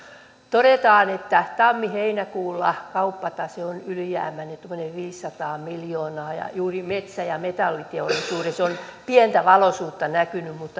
todetaan että tammi heinäkuulla kauppatase oli ylijäämäinen tuommoiset viisisataa miljoonaa ja juuri metsä ja metalliteollisuudessa on pientä valoisuutta näkynyt mutta